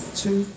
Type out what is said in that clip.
two